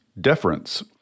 deference